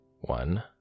One